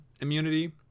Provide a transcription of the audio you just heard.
immunity